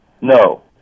No